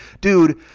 dude